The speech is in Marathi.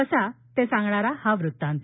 कसा ते सांगणारा हा वृत्तांत